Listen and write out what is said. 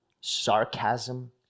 sarcasm